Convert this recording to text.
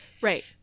Right